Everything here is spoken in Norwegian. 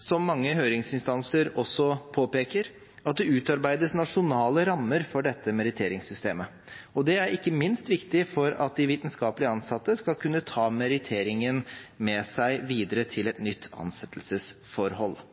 som mange høringsinstanser også påpeker, at det utarbeides nasjonale rammer for dette meritteringssystemet. Det er ikke minst viktig for at de vitenskapelig ansatte skal kunne ta meritteringen med seg videre til et